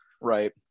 Right